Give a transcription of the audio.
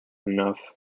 enough